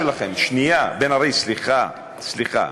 סליחה,